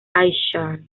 ayrshire